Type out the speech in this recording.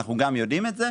ואנחנו יודעים גם אותו,